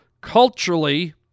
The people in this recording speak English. culturally